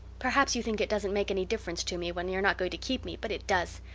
perhaps you think it doesn't make any difference to me when you're not going to keep me, but it does.